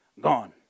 Gone